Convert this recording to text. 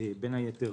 בין היתר,